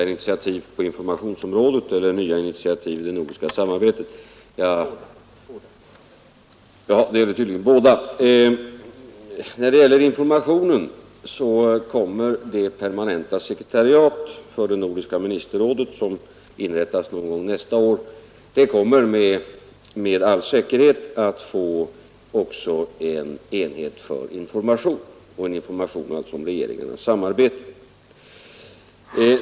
När det gäller informationen kommer det permanenta sekretariatet för det nordiska ministerrådet, som inrättas någon gång nästa år, med all säkerhet att få också en enhet för information om regeringarnas samarbete.